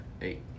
Eight